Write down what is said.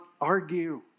argue